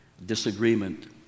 disagreement